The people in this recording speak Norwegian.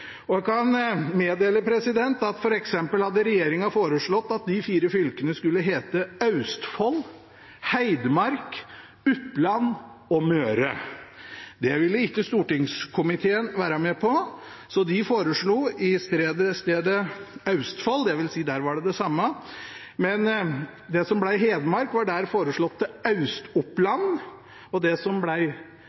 Jeg kan meddele at regjeringen hadde foreslått at de fire fylkene skulle hete «Austfold», «Heidmark», «Upland» og «Møre». Det ville ikke stortingskomiteen være med på, så de foreslo i stedet «Austfold» – her var det riktignok det samme navnet som ble foreslått – mens det som senere ble Hedmark, ble foreslått å hete «Aust-Upland». Det som